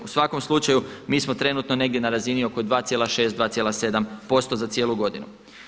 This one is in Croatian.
U svakom slučaju mi smo trenutno negdje na razini oko 2,6, 2,7% za cijelu godinu.